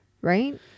right